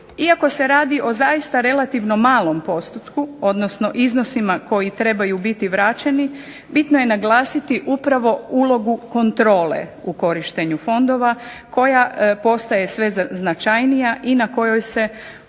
Iako se radi o relativno malom postotku odnosno iznosima koji trebaju biti vraćeni bitno je naglasiti upravo ulogu kontrole u korištenju fondova koja postaje sve značajnija i na kojoj se u